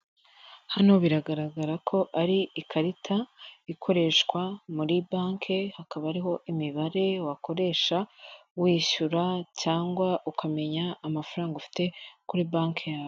Hano biragaragara ko ari ikarita ikoreshwa muri bankie hakaba hariho imibare wakoresha wishyura cyangwa ukamenya amafaranga ufite kuri banki yawe.